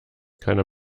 keiner